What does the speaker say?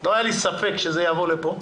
לא היה לי ספק שזה יבוא לפה.